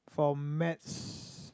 for maths